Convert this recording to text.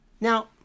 Now